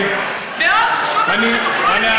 אני, מאוד חשוב לנו שתוכלו לקיים את הקבינט.